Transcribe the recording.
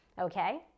Okay